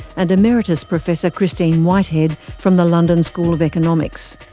and emeritus professor christine whitehead from the london school of economics.